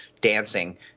dancing